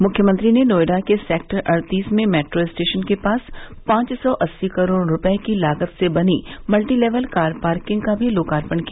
मुख्यमंत्री ने नोएडा के सेक्टर अड़तीस में मेट्रो स्टेशन के पास पांच सौ अस्सी करोड़ रूपये की लागत से बनी मल्टी लेवल कार पार्किंग का भी लोकार्पण किया